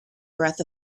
breath